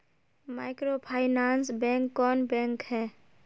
Microfinance bank कौन bank है?